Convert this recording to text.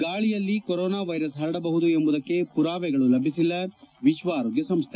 ಗಾಳಿಯಲ್ಲಿ corona virus ಹರಡಬಹುದು ಎಂಬುದಕ್ಕೆ ಪುರಾವೆಗಳು ಲಭಿಸಿಲ್ಲ ವಿಶ್ವ ಆರೋಗ್ಯ ಸಂಸ್ಥೆ